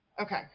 okay